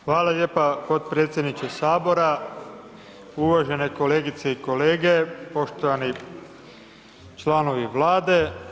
Hvala lijepo potpredsjedniče Sabora, uvažene kolegice i kolege, poštovani članovi vlade.